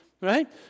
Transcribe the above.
right